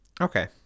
okay